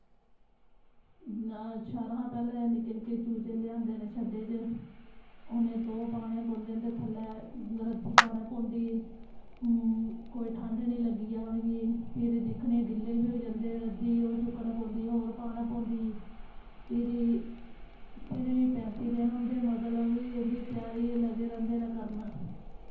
हां सारें शा पैह्लें निक्के निक्के चूचे लेआंदे न शैड्डै च उ'नेंगी तोह् पाना पौंदे न ते थल्लै रद्दी पाना पौंदी कोई ठंड नी लग्गी जा उनेंगी फिरी दिक्खने गिल्ले बी होई जंदे रद्दी ओह् चुक्कना पौंदी होर पाना पौंदी फिरी त्रीह् पैंती दिन उं'दे मतलब कि उं'दी त्यारी च लगे रैंह्दे न करन